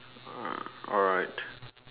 uh alright